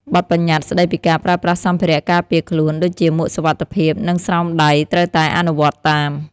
បទប្បញ្ញត្តិស្ដីពីការប្រើប្រាស់សម្ភារៈការពារខ្លួនដូចជាមួកសុវត្ថិភាព និងស្រោមដៃត្រូវតែអនុវត្តតាម។